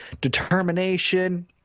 determination